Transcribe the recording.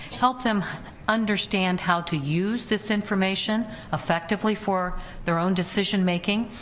help them understand how to use this information effectively for their own decision making,